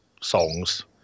songs